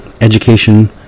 education